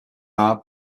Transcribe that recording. are